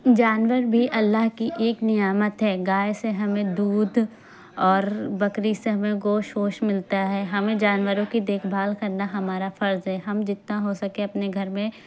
جانور بھی اللہ کی ایک نعمت ہے گائے سے ہمیں دودھ اور بکری سے ہمیں گوشت ووشت ملتا ہے ہمیں جانوروں کی دیکھ بھال کرنا ہمارا فرض ہے ہم جتنا ہو سکے اپنے گھر میں